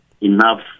enough